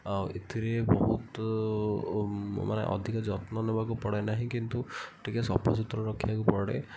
ଆଉ ଏଥିରେ ବହୁତ ମାନେ ଅଧିକ ଯତ୍ନ ନେବାକୁ ପଡ଼େନାହିଁ କିନ୍ତୁ ଟିକେ ସଫାସୁତୁରା ରଖିବାକୁ ପଡ଼େ